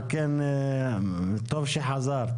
על כן, טוב שחזרת.